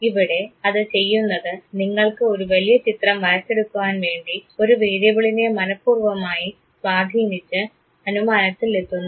ഇവിടെ അത് ചെയ്യുന്നത് നിങ്ങൾക്ക് ഒരു വലിയ ചിത്രം വരച്ചെടുക്കാൻ വേണ്ടി ഒരു വേരിയബിളിനെ മനപ്പൂർവമായി സ്വാധീനിച്ച് അനുമാനത്തിൽ എത്തുന്നു